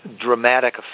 Dramatic